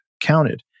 counted